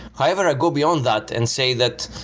however, i go beyond that and say that